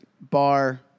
bar